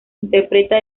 interpreta